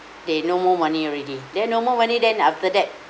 there no more money already there no more money then after that